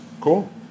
Cool